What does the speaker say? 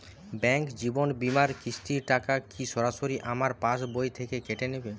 Bank জীবন বিমার কিস্তির টাকা কি সরাসরি আমার পাশ বই থেকে কেটে নিবে?